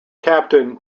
captain